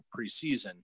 preseason